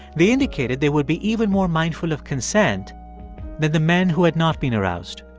they indicated they would be even more mindful of consent than the men who had not been aroused.